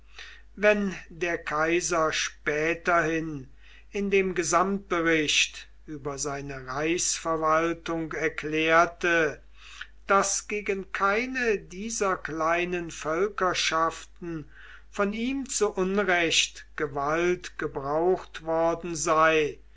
wenn der kaiser späterhin in dem gesamtbericht über seine reichsverwaltung erklärte daß gegen keine dieser kleinen völkerschaften von ihm zu unrecht gewalt gebraucht worden sei